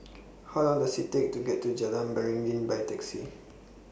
How Long Does IT Take to get to Jalan Beringin By Taxi